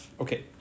Okay